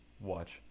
watch